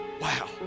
wow